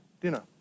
dinner